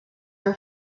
are